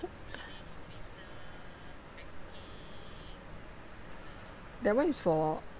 that one is for